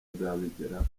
nzabigeraho